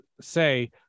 say